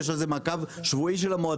יש על זה מעקב שבועי של המועצה.